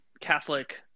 Catholic